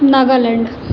Nagaland